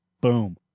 boom